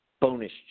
bonus